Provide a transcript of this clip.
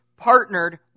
partnered